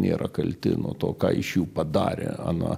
nėra kalti nuo to ką iš jų padarė ana